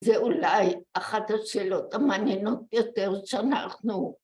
זה אולי אחת השאלות המעניינות יותר שאנחנו